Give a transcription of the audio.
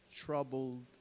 Troubled